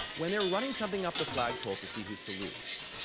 when they're running something up the flagpole to see who salutes,